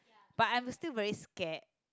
but I'm still very scared